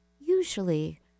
usually